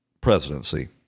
presidency